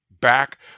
back